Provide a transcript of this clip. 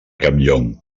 campllong